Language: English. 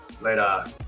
later